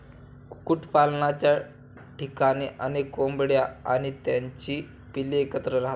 कुक्कुटपालनाच्या ठिकाणी अनेक कोंबड्या आणि त्यांची पिल्ले एकत्र राहतात